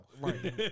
Right